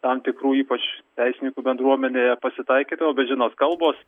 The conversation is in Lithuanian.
tam tikrų ypač teisininkų bendruomenėje pasitaikydavo bet žinot kalbos